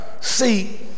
See